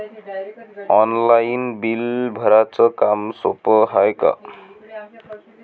Online bill भराच काम सोपं हाय का?